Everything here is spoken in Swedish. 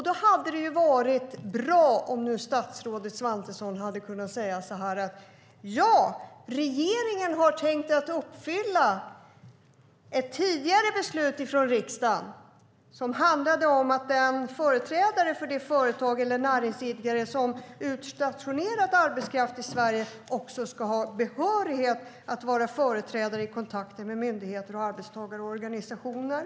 Då hade det varit bra om statsrådet Svantesson nu hade kunnat säga: Ja, regeringen har tänkt uppfylla ett tidigare beslut från riksdagen som handlade om att en företrädare för det företag eller den näringsidkare som utstationerat arbetskraft i Sverige också ska ha behörighet att vara företrädare i kontakter med myndigheter och arbetstagarorganisationer.